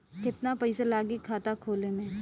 केतना पइसा लागी खाता खोले में?